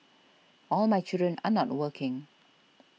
all my children are not working